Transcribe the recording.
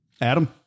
Adam